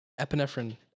epinephrine